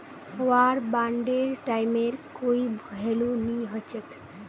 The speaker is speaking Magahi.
वार बांडेर टाइमेर कोई भेलू नी हछेक